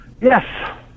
Yes